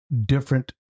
different